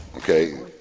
Okay